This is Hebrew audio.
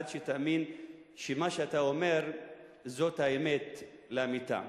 עד שתאמין שמה שאתה אומר זו האמת לאמיתה.